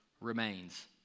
remains